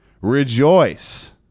rejoice